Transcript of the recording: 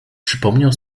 przypomniał